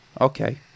Okay